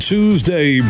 Tuesday